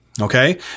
Okay